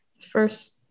first